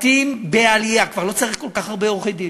משפטים בעלייה, כבר לא צריך כל כך הרבה עורכי-דין,